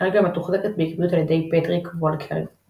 כרגע מתוחזקת בעקביות על ידי פטריק וולקרדינג.